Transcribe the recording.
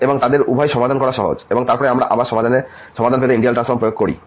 এবং তাদের উভয়ই সমাধান করা সহজ এবং তারপরে আমরা আবার সমাধান পেতে ইন্টিগ্রাল ট্রান্সফর্ম প্রয়োগ করি